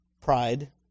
pride